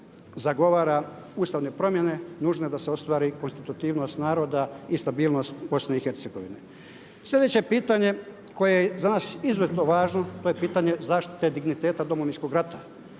zagovara ustavne promjene nužne da se ostvari konstitutivnost naroda i stabilnost BiH. Sljedeće pitanje koje je za nas izuzetno važno to je pitanje zaštite digniteta Domovinskog rata.